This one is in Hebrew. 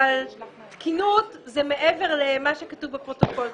אבל תקינות זה מעבר למה שכתוב בפרוטוקול.